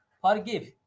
Forgive